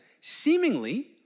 seemingly